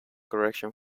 correction